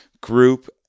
Group